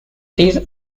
these